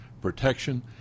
protection